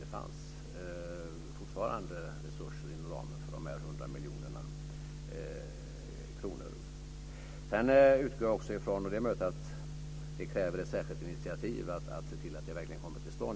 Det fanns fortfarande resurser inom ramen för de Jag utgår från - och det är möjligt att det kräver ett särskilt initiativ - att detta verkligen kommer till stånd.